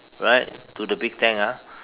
right to the big tank ah